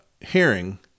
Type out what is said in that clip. hearing